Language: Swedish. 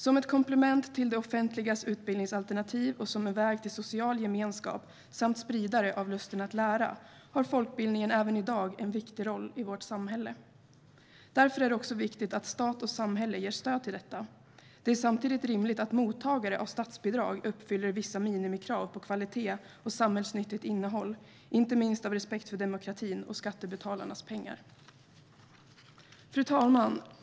Som ett komplement till det offentligas utbildningsalternativ och som en väg till social gemenskap samt som en spridare av lusten att lära har folkbildningen även i dag en viktig roll i vårt samhälle. Därför är det också viktigt att stat och samhälle ger stöd till detta. Det är samtidigt rimligt att mottagare av statsbidrag uppfyller vissa minimikrav på kvalitet och samhällsnyttigt innehåll, inte minst av respekt för demokratin och skattebetalarnas pengar. Fru talman!